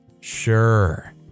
Sure